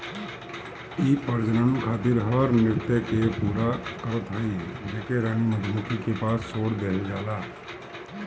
इ प्रजनन खातिर हर नृत्य के पूरा करत हई जेके रानी मधुमक्खी के पास छोड़ देहल जाला